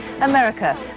America